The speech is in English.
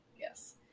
Yes